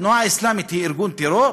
התנועה האסלאמית היא ארגון טרור?